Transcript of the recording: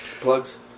Plugs